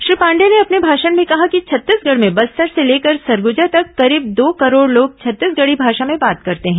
श्री पांडेय ने अपने भाषण में कहा कि छत्तीसगढ़ में बस्तर से लेकर सरगुजा तक करीब दो करोड़ लोग छत्तीसगढ़ी भाषा में बात करते हैं